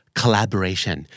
collaboration